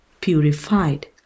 purified